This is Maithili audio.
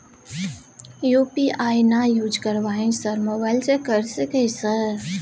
यु.पी.आई ना यूज करवाएं सर मोबाइल से कर सके सर?